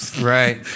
Right